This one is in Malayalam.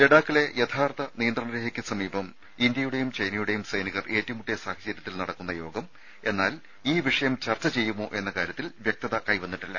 ലഡാക്കിലെ യഥാർത്ഥ നിയന്ത്രണ രേഖയ്ക്ക് സമീപം ഇന്ത്യയുടെയും ചൈനയുടെയും സൈനികർ ഏറ്റുമുട്ടിയ സാഹചര്യത്തിൽ നടക്കുന്ന യോഗം എന്നാൽ ഈ വിഷയം ചർച്ച ചെയ്യുമോ എന്ന കാര്യത്തിൽ വ്യക്തത വന്നിട്ടില്ല